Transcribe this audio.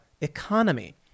economy